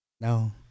No